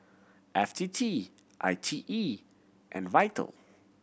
F T T I T E and Vital